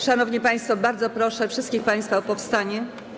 Szanowni państwo, bardzo proszę wszystkich państwa o powstanie.